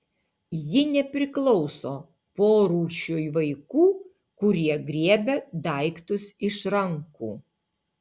ji nepriklauso porūšiui vaikų kurie griebia daiktus iš rankų